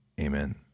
Amen